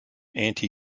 anti